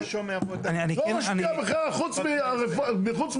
לא משפיע לך חוץ מהקוטג',